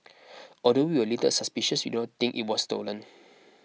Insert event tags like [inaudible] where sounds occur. although we were a little suspicious we [unintelligible] did it was stolen